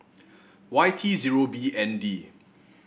Y T zero B N D